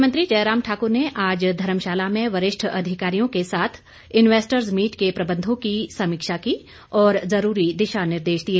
मुख्यमंत्री जयराम ठाकुर ने आज धर्मशाला में वरिष्ठ अधिकारियों के साथ इन्वेस्टर्स मीट के प्रबंधों की समीक्षा की और जरूरी दिशा निर्देश दिए